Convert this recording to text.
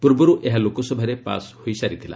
ପୂର୍ବରୁ ଏହା ଲୋକସଭାରେ ପାସ୍ ହୋଇସାରିଥିଲା